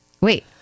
wait